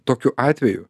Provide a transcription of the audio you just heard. tokiu atveju